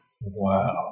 Wow